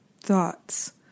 thoughts